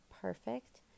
perfect